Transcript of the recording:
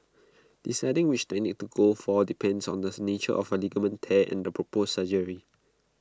deciding which technique to go for depends on the nature of A ligament tear and the proposed surgery